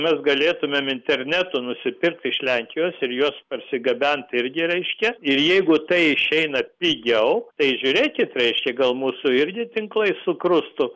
mes galėtumėm internetu nusipirkti iš lenkijos ir juos parsigabent irgi reiškia ir jeigu tai išeina pigiau tai žiūrėkit reiškia gal mūsų irgi tinklai sukrustų